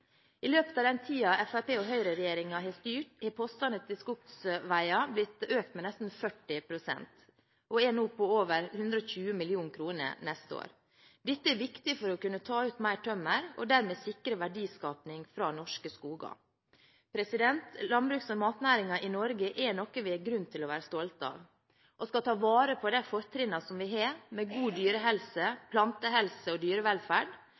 I løpet av den tiden Fremskrittsparti–Høyre-regjeringen har styrt, har postene til skogsveier økt med nesten 40 pst. – og er nå på over 120 mill. kr neste år. Dette er viktig for å kunne ta ut mer tømmer og dermed sikre verdiskaping fra norske skoger. Landbruks- og matnæringen i Norge er noe vi har grunn til å være stolte av. Vi skal ta vare på de fortrinnene som vi har, med god dyrehelse, plantehelse og dyrevelferd.